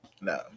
No